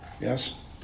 yes